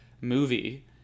movie